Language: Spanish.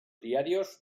diarios